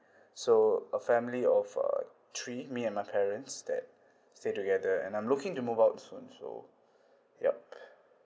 so a family of uh three me and my parents that stay together and I'm looking to move out soon so yup